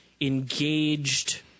engaged